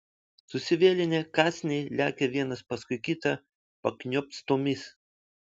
susivėlinę kąsniai lekia vienas paskui kitą pakniopstomis